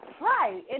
Right